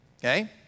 okay